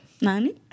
Nani